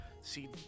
see –